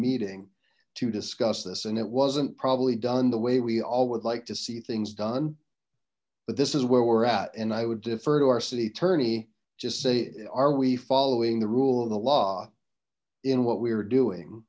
meeting to discuss this and it wasn't probably done the way we all would like to see things done but this is where we're at and i would defer to our city attorney just say are we following the rule of the law in what we are doing